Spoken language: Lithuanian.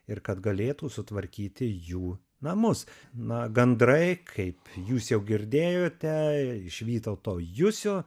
ir kad galėtų sutvarkyti jų namus na gandrai kaip jūs jau girdėjote iš vytauto jusio